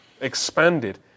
expanded